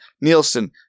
Nielsen